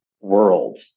world